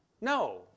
No